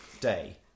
Day